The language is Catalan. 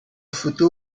futur